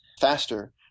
faster